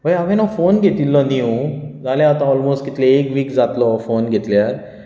हय हांवे फोन घेतिल्लो न्यू जाले आतां ऑलमोस्ट कितले एक वीक जातलो हो फोन घेतल्यार हो